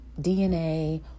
DNA